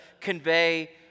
convey